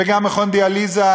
וגם מכון דיאליזה.